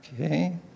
Okay